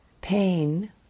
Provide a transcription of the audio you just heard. Pain